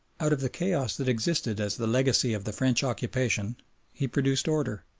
out of the chaos that existed as the legacy of the french occupation he produced order.